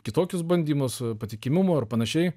kitokius bandymus patikimumo ar panašiai